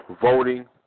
voting